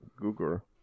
Google